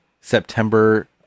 September